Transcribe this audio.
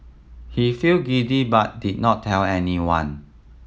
he felt giddy but did not tell anyone